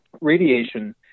Radiation